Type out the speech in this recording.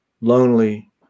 lonely